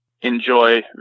enjoy